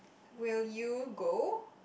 will you go